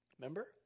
Remember